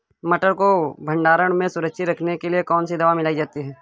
मटर को भंडारण में सुरक्षित रखने के लिए कौन सी दवा मिलाई जाती है?